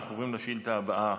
אנחנו עוברים לשאילתה הבאה,